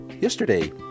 yesterday